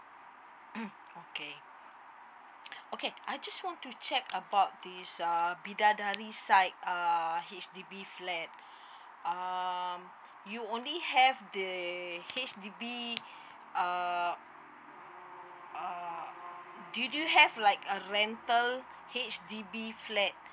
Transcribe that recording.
okay okay I just want to check about this uh bidadari side err H_D_B flat um you only have the H_D_B err err do do you have like a rental H_D_B flat